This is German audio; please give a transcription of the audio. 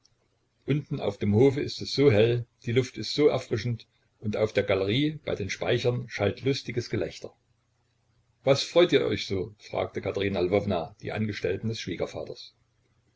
unten auf dem hofe ist es so hell die luft ist so erfrischend und auf der galerie bei den speichern schallt lustiges gelächter was freut ihr euch so fragte katerina lwowna die angestellten des schwiegervaters